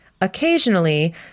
Occasionally